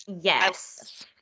yes